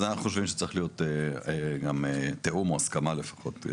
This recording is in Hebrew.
אז אנחנו חושבים שצריך להיות גם תיאום או הסכמה לפחות.